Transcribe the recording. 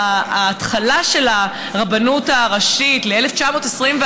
להתחלה של הרבנות הראשית, ל-1921,